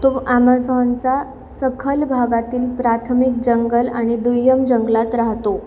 तो ॲमेझॉनचा सखल भागातील प्राथमिक जंगल आणि दुय्यम जंगलात राहतो